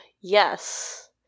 yes